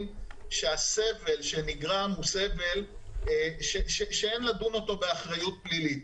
שהסבל שנגרם הוא סבל שאין לדון אותו באחריות פלילית.